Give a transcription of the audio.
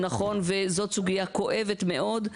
נכון, וזאת סוגיה כואבת מאוד.